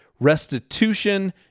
restitution